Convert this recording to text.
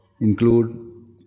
include